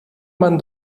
man